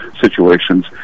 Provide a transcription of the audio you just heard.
situations